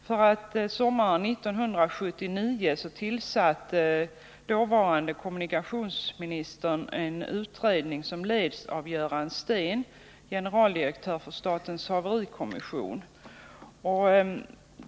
Sommaren 1979 tillsatte ju dåvarande kommunikationsministern en utredning som leds av Göran Steen, generaldirektör för statens haverikommission.